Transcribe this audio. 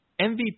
MVP